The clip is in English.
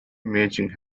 imaging